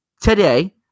today